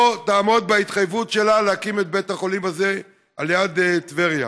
היא לא תעמוד בהתחייבות שלה להקים את בית החולים הזה על יד טבריה?